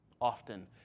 often